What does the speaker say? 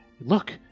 look